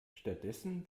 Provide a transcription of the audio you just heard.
stattdessen